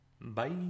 bye